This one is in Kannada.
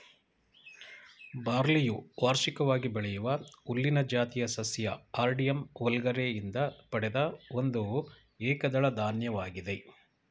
ಬಾರ್ಲಿಯು ವಾರ್ಷಿಕವಾಗಿ ಬೆಳೆಯುವ ಹುಲ್ಲಿನ ಜಾತಿಯ ಸಸ್ಯ ಹಾರ್ಡಿಯಮ್ ವಲ್ಗರೆ ಯಿಂದ ಪಡೆದ ಒಂದು ಏಕದಳ ಧಾನ್ಯವಾಗಿದೆ